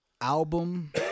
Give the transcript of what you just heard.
album